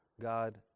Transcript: God